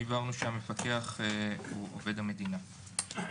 הבהרנו שהמפקח הוא עובד המדינה.